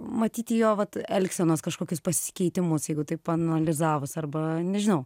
matyti jo vat elgsenos kažkokius pasikeitimus jeigu taip paanalizavus arba nežinau